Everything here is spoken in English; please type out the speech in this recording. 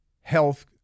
Health